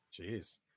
Jeez